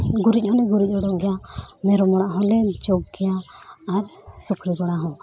ᱜᱩᱨᱤᱡᱽ ᱦᱚᱸᱞᱮ ᱜᱩᱨᱤᱡᱽ ᱚᱰᱳᱠ ᱜᱮᱭᱟ ᱢᱮᱨᱚᱢ ᱚᱲᱟᱜ ᱦᱚᱸᱞᱮ ᱡᱚᱜᱽ ᱜᱮᱭᱟ ᱟᱨ ᱥᱩᱠᱨᱤ ᱜᱚᱲᱟ ᱦᱚᱸ